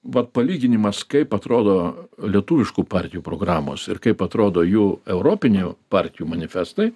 vat palyginimas kaip atrodo lietuviškų partijų programos ir kaip atrodo jų europinių partijų manifestai